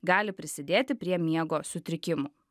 gali prisidėti prie miego sutrikimų